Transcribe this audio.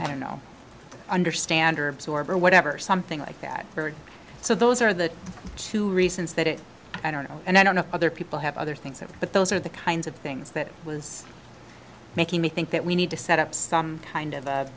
i don't know understand or absorb or whatever something like that so those are the two reasons that i don't know and i don't know other people have other things but those are the kinds of things that was making me think that we need to set up some kind of